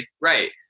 Right